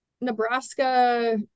Nebraska